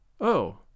oh